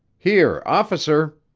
here, officer!